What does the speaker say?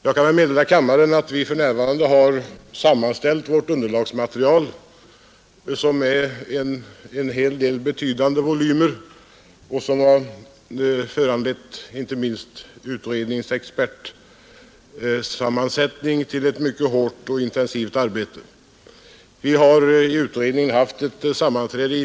Jag kan meddela kammaren att vi för närvarande har sammanställt vårt underlagsmaterial, som omfattar en hel del betydande volymer och som har föranlett inte minst utredningens experter till ett mycket hårt och intensivt arbete.